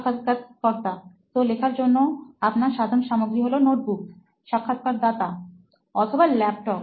সাক্ষাৎকারকর্তা তো লেখার জন্য আপনার সাধারণ সামগ্রী হলো নোটবুক সাক্ষাৎকারদাতা অথবা ল্যাপটপ